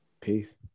Peace